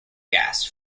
gas